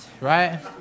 right